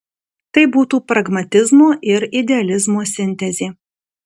tai būtų pragmatizmo ir idealizmo sintezė